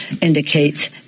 indicates